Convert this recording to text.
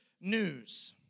news